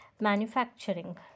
manufacturing